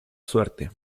suerte